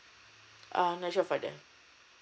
um not sure for them